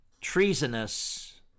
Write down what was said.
treasonous